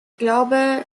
glaube